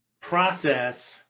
process